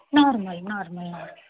normal normal